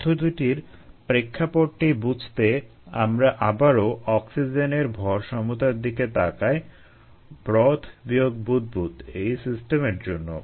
এই পদ্ধতির প্রেক্ষাপটটি বুঝতে আমরা আবারো অক্সিজেনের ভর সমতার দিকে তাকাই ব্রথ বিয়োগ বুদবুদ এই সিস্টেমের জন্য